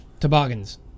toboggans